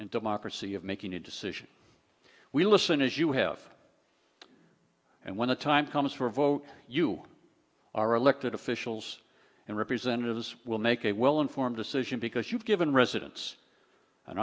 and democracy of making a decision we listen as you have and when the time comes for a vote you are elected officials and representatives will make a well informed decision because you've given residents an